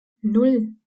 nan